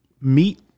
meat